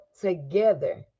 together